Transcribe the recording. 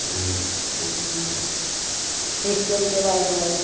आणि ख्रिश्चनांचे बायबल